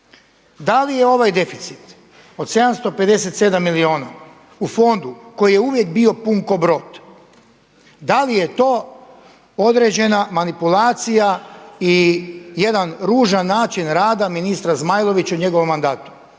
da li je ovo deficit od 757 milijuna u fondu koji je uvijek bio pun ko brod, da li je to određena manipulacija i jedan ružan način rada ministra Zmajlovića u njegovom mandatu?